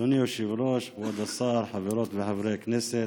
אדוני היושב-ראש, כבוד השר, חברות וחברי הכנסת,